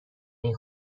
این